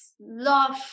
love